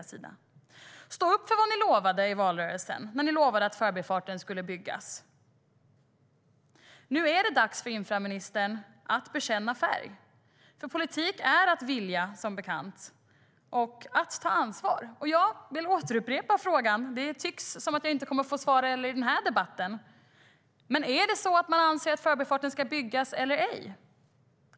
Stå upp för vad ni lovade i valrörelsen, nämligen att Förbifarten skulle byggas. Nu är det dags för infrastrukturministern att bekänna färg, för politik är att vilja, som bekant, och att ta ansvar. Och jag vill upprepa frågan - det tycks som att jag inte kommer att få svar på den heller i den här debatten - om man anser att Förbifarten ska byggas eller ej.